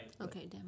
Okay